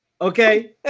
Okay